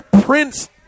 prince